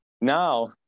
now